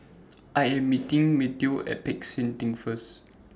I Am meeting Mateo At Peck San Theng First